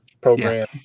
program